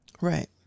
Right